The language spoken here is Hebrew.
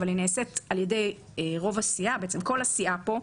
אבל היא נעשית על-ידי כל הסיעה פה,